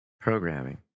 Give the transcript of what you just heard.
programming